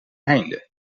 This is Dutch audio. einde